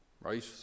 Right